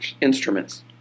instruments